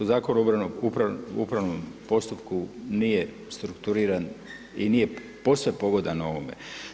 Zakon o upravnom postupku nije strukturiran i nije posve pogodan ovome.